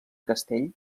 castell